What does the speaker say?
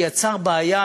שיצר בעיה,